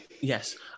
Yes